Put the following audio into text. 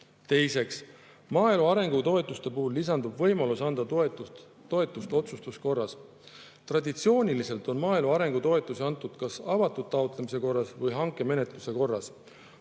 Teiseks, maaelu arengutoetuste puhul lisandub võimalus anda toetust otsustuskorras. Traditsiooniliselt on maaelu arengu toetusi antud kas avatud taotlemise korras või hankemenetluse korras.